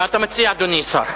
מה אתה מציע, אדוני השר?